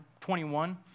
21